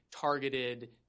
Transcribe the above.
targeted